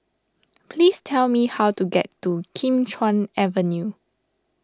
please tell me how to get to Kim Chuan Avenue